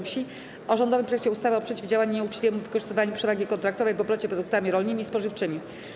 Wsi o rządowym projekcie ustawy o przeciwdziałaniu nieuczciwemu wykorzystywaniu przewagi kontraktowej w obrocie produktami rolnymi i spożywczymi.